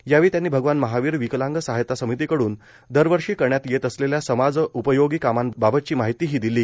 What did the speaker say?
यावेळी त्यांनी भगवान महावीर विकलांग सहायता समितीकडून दरवर्षी करण्यात येत असलेल्या समाजोपयोगी कामाबाबतची माहितीही दिली